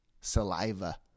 saliva